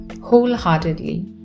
wholeheartedly